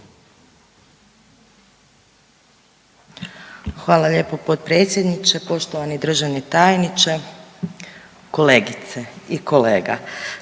Hvala lijepo potpredsjedniče. Poštovani državni tajniče, kolegice i kolega,